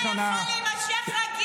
השרה אורית סטרוק כאן.